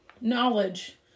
Knowledge